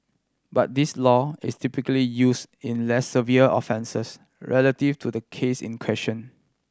but this law is typically use in less severe offences relative to the case in question